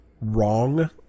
wrong